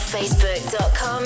Facebook.com